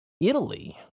Italy